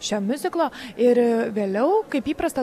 šio miuziklo ir vėliau kaip įprasta